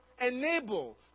enable